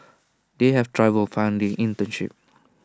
they have trouble finding internship